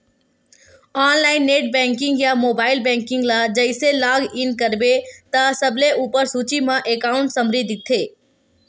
online net banking या mobile banking ल जइसे लॉग इन करबे त सबले उप्पर सूची म एकांउट समरी दिखथे